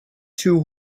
two